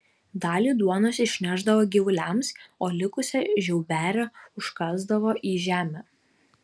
dalį duonos išnešdavo gyvuliams o likusią žiauberę užkasdavo į žemę